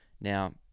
Now